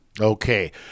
Okay